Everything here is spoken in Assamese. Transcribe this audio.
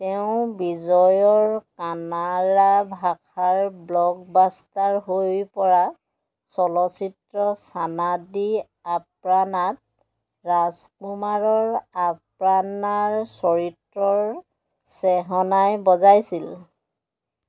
তেওঁ বিজয়ৰ কানাড়া ভাষাৰ ব্লকব্লাষ্টাৰ হৈ পৰা চলচিত্ৰ ছানাদি আপ্ৰানাত ৰাজকুমাৰৰ আপ্ৰানাৰ চৰিত্ৰৰ চেহনাই বজাইছিল